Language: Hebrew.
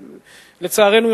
לצערנו,